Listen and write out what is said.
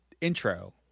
intro